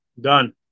Done